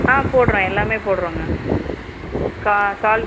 ஆ போடுறோம் எல்லாமே போடுறோங்க கா கால்